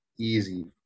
Easy